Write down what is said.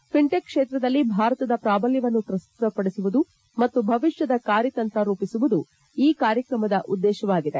fintech ಕ್ಷೇತ್ರದಲ್ಲಿ ಭಾರತದ ಪ್ರಾಬಲ್ಯವನ್ನು ಪ್ರಸ್ತುತಪಡಿಸುವುದು ಮತ್ತು ಭವಿಷ್ಣದ ಕಾರ್ಯತಂತ್ರವನ್ನು ರೂಪಿಸುವುದು ಈ ಕಾರ್ಯಕ್ರಮದ ಉದ್ದೇಶವಾಗಿದೆ